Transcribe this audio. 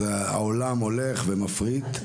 העולם הולך ומפריט,